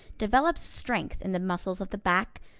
develops strength in the muscles of the back,